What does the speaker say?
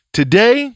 today